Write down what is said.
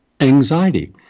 Anxiety